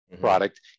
product